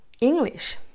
English